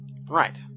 Right